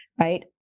right